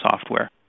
software